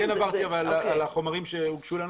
אני כן עברתי על החומרים שהוגשו לנו.